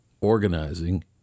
organizing